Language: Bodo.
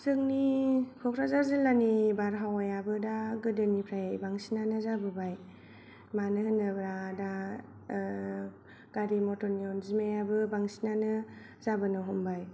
जोंनि क'क्राझार जिल्लानि बारहावायाबो दा गोदोनिफ्राय बांसिनानो जाबोबाय मानो होनोबा दा गारि मथरनि अनजिमायाबो बांसिनानो जाबोनो हमबाय